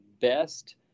best